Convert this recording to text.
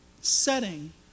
setting